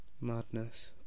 madness